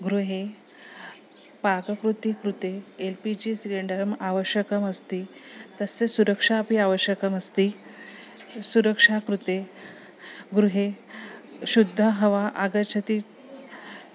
गृहे पाककृतिं कृते एल् पी जि सिलिण्डरम् आवश्यकमस्ति तस्य सुरक्षा अपि आवश्यकमस्ति सुरक्षा कृते गृहे शुद्धहव आगच्छति